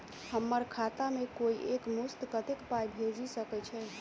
हम्मर खाता मे कोइ एक मुस्त कत्तेक पाई भेजि सकय छई?